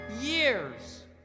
years